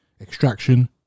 Extraction